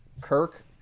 Kirk